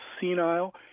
senile